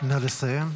נא לסיים.